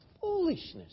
foolishness